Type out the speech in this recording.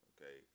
Okay